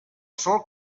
sòl